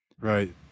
Right